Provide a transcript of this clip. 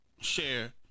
share